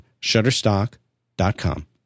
shutterstock.com